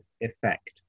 effect